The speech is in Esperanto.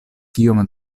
kiom